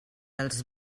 els